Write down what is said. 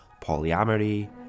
polyamory